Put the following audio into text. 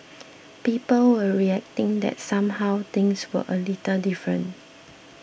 people were reacting that somehow things were a little different